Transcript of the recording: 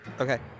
Okay